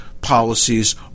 policies